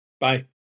Bye